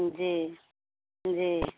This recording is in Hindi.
जी जी